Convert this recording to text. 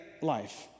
life